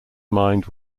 mind